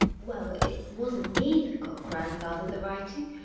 well, it wasn't me that got grandfather the writing.